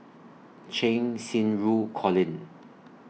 Cheng Xinru Colin